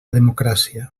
democràcia